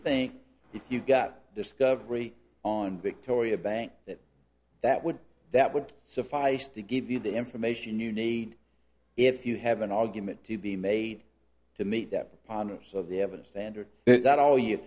think if you got discovery on victoria bank that that would that would suffice to give you the information you need if you have an argument to be made to meet that panos of the evidence then do it at all y